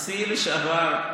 הנשיא לשעבר,